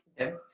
okay